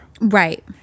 right